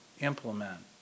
implement